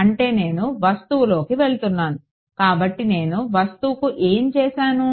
అంటే నేను వస్తువులోకి వెళ్తున్నాను కాబట్టి నేను వస్తువుకు ఏమి చేసాను